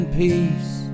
peace